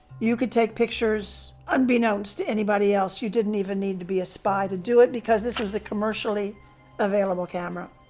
you could take pictures, unbeknownst to anybody else. you didn't even need to be a spy to do it because this was a commercially-available camera.